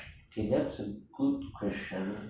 okay that's a good question